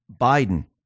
Biden